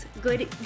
good